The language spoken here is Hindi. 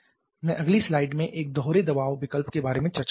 मैं अगली स्लाइड में एक दोहरे दबाव विकल्प के बारे में चर्चा करूंगा